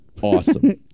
Awesome